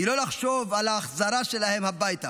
היא לא לחשוב על ההחזרה שלהם הביתה.